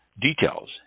Details